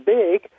big